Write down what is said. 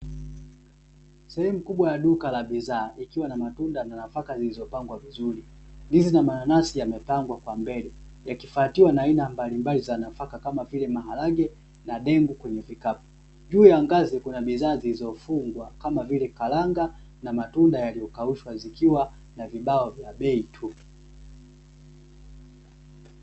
Sehemu kubwa ya duka laa bidhaa ikiwa na matunda na nafaka zilizopangwa vizuri. Ndizi na mananasi yamepangwa kwa mbele, yakifuatiwa na aina mbalimbali za nafaka kama vile maharage na dengu kwenye vikapu. Juu ya ngazi kuna bidhaa zilizofungwa kama vile karanga matunda yaliyokaushwa, zikiwa na vibao vya bei tuu.